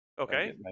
Okay